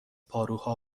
پاروها